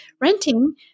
renting